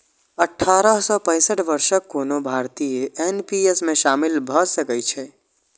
अठारह सं पैंसठ वर्षक कोनो भारतीय एन.पी.एस मे शामिल भए सकै छै